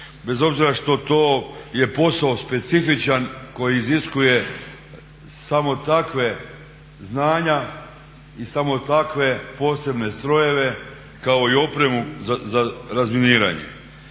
bez obzira što to je posao specifičan koji iziskuje samo takva znanja i samo takve posebne strojeve kao i opremu za razminiranje.